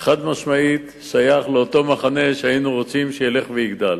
שייך חד-משמעית למחנה שהיינו רוצים שילך ויגדל.